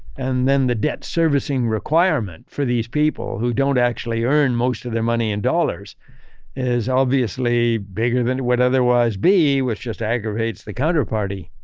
and then the debt servicing requirement for these people who don't actually earn most of their money in dollars is obviously bigger than it would otherwise be, which just aggravates the counter party,